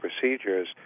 procedures